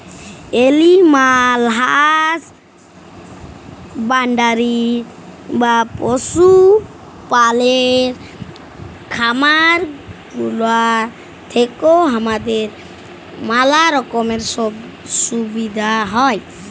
animal husbandry বা পশু পাললের খামার গুলা থেক্যে হামাদের ম্যালা রকমের সুবিধা হ্যয়